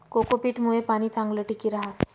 cocopeat मुये पाणी चांगलं टिकी रहास